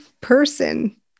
person